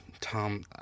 Tom